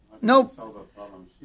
Nope